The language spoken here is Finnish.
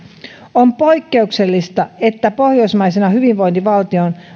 on poikkeuksellista että pohjoismaisena hyvinvointivaltiona